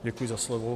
Děkuji za slovo.